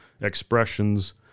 expressions